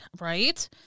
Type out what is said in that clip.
Right